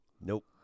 Nope